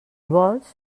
vols